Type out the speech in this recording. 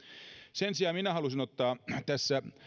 sen sijaan minä haluaisin ottaa tässä